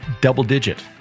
double-digit